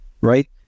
right